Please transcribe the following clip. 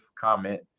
comment